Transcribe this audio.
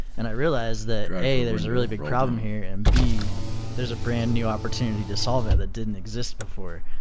and i realized that, a there's a really big problem here. and b there's a brand new opportunity to solve it that didn't exist before,